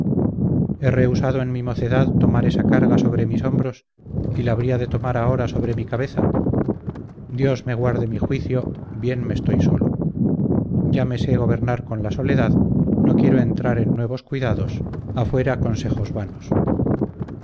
frente he rehusado en mi mocedad tomar esa carga sobre mis hombros y la había de tomar ahora sobre mi cabeza dios me guarde mi juicio bien me estoy solo ya me sé gobernar con la soledad no quiero entrar en nuevos cuidados a fuera consejos vanos